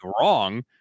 wrong